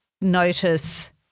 notice